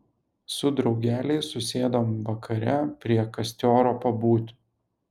su draugeliais susėdom vakare prie kastioro pabūt